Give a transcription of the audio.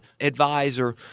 advisor